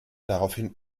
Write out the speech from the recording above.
daraufhin